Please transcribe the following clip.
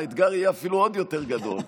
האתגר יהיה אפילו עוד יותר גדול,